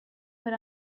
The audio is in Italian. per